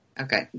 Okay